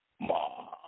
Ma